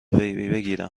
بکیرم